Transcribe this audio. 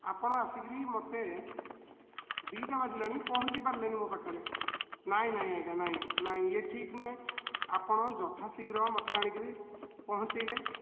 ଆପଣ ଆସିକି ମୋତେ ଦୁଇଟା ବାଜିଲାଣି ପହଞ୍ଚିପାରିଲେନି ମୋ ପାଖରେ ନାଇଁ ନାଇଁ ଆଜ୍ଞା ନାଇଁ ନାଇଁ ଇଏ ଠିକ୍ ନୁହେଁ ଆପଣ ଯଥା ଶୀଘ୍ର ମୋତେ ଆଣିକି ପହଞ୍ଚେଇଲେ